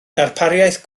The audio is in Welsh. darpariaeth